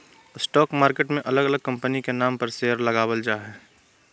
stock market मे अलग अलग कंपनी के नाम पर शेयर लगावल जा हय